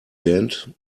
band